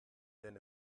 than